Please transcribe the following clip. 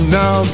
now